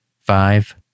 five